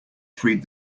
freed